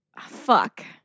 fuck